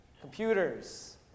computers